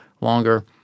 longer